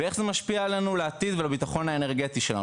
ואיך זה משפיע לנו לעתיד ולביטחון האנרגטי שלנו,